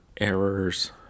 errors